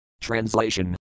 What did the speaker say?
Translation